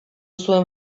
zuen